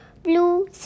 Blue